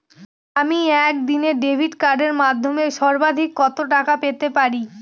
আমি একদিনে ডেবিট কার্ডের মাধ্যমে সর্বাধিক কত টাকা পেতে পারি?